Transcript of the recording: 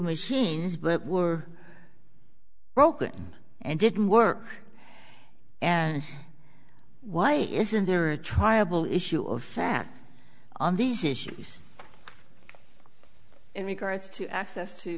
machines but were broken and didn't work and why isn't there a triable issue of fact on these issues in regards to access to